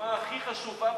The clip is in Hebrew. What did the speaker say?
המלחמה הכי חשובה בהתבוללות,